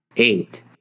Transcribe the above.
Eight